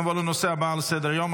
נעבור לנושא הבא בסדר-היום,